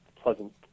Pleasant